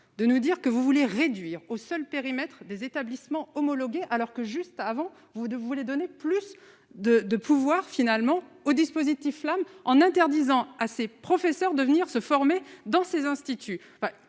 de nous dire que vous voulez réduire au seul périmètre des établissements homologués alors que juste avant vous, de vous voulez donner plus de pouvoir finalement au dispositif flamme en interdisant à ses professeurs de venir se former dans ces instituts,